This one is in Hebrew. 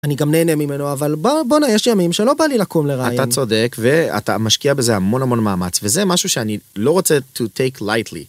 אני גם נהנה ממנו, אבל בוא, בואנה יש ימים שלא בא לי לקום לראיין. אתה צודק, ואתה משקיע בזה המון המון מאמץ וזה משהו שאני לא רוצה to take lightly.